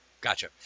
Gotcha